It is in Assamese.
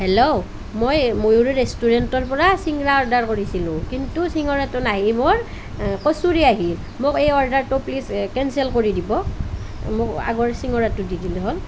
হেল্ল' মই ময়ুৰী ৰেষ্টুৰেণ্টৰ পৰা চিংৰা অৰ্ডাৰ কৰিছিলোঁ কিন্তু চিঙৰাটো নাহি মোৰ কচৰী আহিল মোক এই অৰ্ডাৰটো প্লিজ কেঞ্চেল কৰি দিব মোক আগৰ চিঙৰাটো দি দিলেই হ'ল